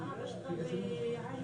כמו שחגי אמר,